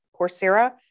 coursera